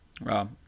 Rob